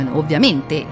ovviamente